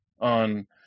on